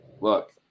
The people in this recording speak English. look